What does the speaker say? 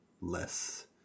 less